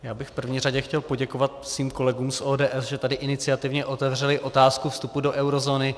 Já bych v první řadě chtěl poděkovat svým kolegům z ODS, že tady iniciativně otevřeli otázku vstupu do eurozóny.